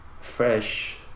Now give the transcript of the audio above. fresh